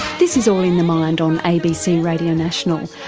this is all in the mind on abc radio national,